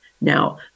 Now